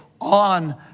on